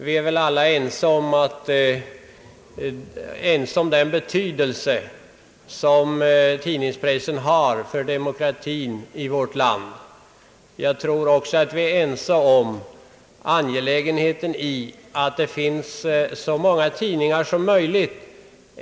Vi är väl alla ense om den betydelse som tidningspressen har för demokratin i vårt land. Jag tror också att vi är ense om angelägenheten av att det finns så många tidningar som möjligt.